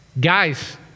Guys